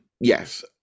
yes